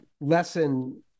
Lesson